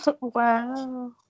Wow